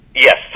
Yes